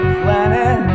planet